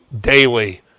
daily